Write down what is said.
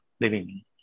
living